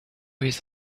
his